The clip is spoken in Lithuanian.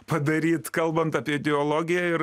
padaryt kalbant apie ideologiją ir